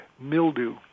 mildew